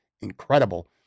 incredible